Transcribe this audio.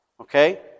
Okay